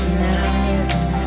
now